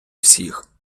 всіх